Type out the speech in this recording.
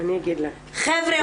חבר'ה,